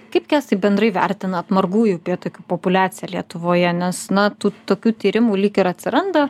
kaip kęstai bendrai vertinat margųjų upėtakių populiaciją lietuvoje nes na tų tokių tyrimų lyg ir atsiranda